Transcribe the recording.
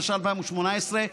התשע"ח 2018,